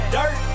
Dirt